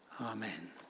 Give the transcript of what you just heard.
Amen